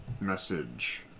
message